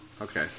Okay